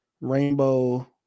rainbow